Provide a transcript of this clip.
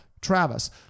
Travis